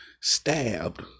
stabbed